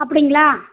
அப்படிங்களா